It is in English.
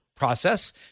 process